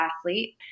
athlete